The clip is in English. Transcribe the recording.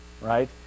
right